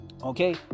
okay